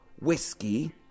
whiskey